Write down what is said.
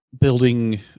building